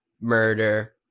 murder